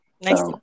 Nice